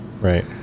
right